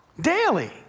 Daily